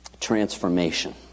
Transformation